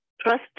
trust